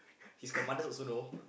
she's commander also know